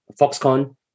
Foxconn